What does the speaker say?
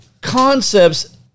concepts